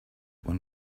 one